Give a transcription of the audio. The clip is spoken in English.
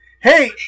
hey